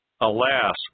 Alas